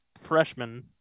freshman